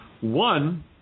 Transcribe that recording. One